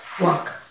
walk